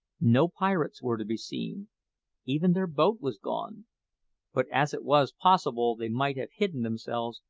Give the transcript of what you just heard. no pirates were to be seen even their boat was gone but as it was possible they might have hidden themselves,